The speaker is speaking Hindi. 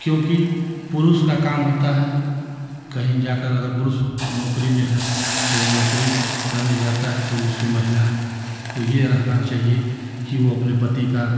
क्योंकि पुरुष का काम होता है कहीं जाकर अगर पुरुष नौकरी में है तो वो नौकरी करने जाता है तो उसकी महिला को ये रहना चाहिए कि वो अपने पति का